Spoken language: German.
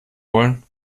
wollen